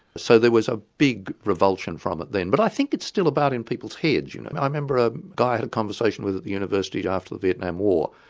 so there was a big revulsion from it then, but i think it's still about in people's heads you know. i remember a guy i had a conversation with at the university after the vietnam war,